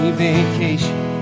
vacation